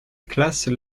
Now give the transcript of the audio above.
classes